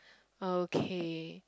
okay